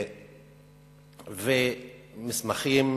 ומסמכים